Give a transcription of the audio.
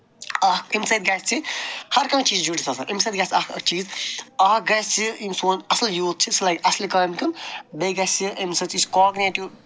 اکھ اَمہِ سۭتۍ گژھِ ہَر کانٛہہ چیٖز چھُ جُڑِتھ آسان اَمہِ سۭتۍ گژھِ اکھ چیٖز اکھ گژھِ یِم سون اَصٕل یوٗتھ چھِ سُہ لَگہِ اَصلہِ کامہِ کُن بیٚیہِ گژھِ اَمہِ سۭتۍ یُس کاگنیٹِو